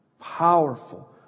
Powerful